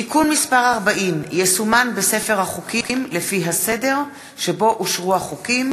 תיקון מס' 40 יסומן בספר החוקים לפי הסדר שבו אושרו החוקים,